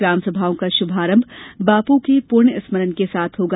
ग्राम सभाओं का शुभारंभ बापू के पृण्य स्मरण के साथ होगा